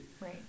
Right